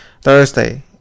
Thursday